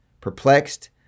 perplexed